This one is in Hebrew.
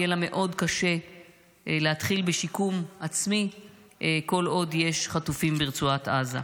יהיה לה מאוד קשה להתחיל בשיקום עצמי כל עוד יש חטופים ברצועת עזה.